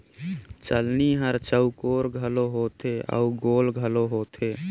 चलनी हर चउकोर घलो होथे अउ गोल घलो होथे